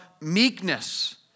meekness